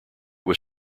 was